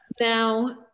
Now